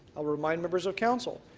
i'll remind members of council,